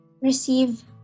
receive